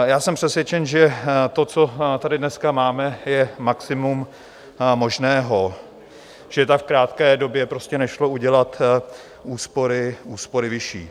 Já jsem přesvědčen, že to, co tady dneska máme, je maximum možného, že v tak krátké době prostě nešlo udělat úspory vyšší.